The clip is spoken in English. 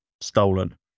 stolen